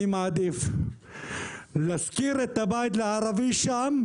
אני מעדיף להשכיר את הבית לערבי שם,